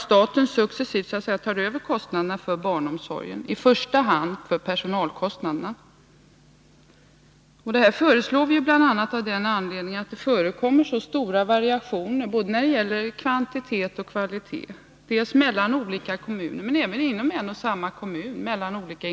Staten bör dessutom ta över kostnaderna för barnomsorgen, i första hand personalkostnaderna. Detta föreslår vi bl.a. av den anledningen att det förekommer mycket stora variationer både när det gäller kvantitet och kvalitet, dels mellan olika kommuner, dels mellan olika institutioner inom en och samma kommun.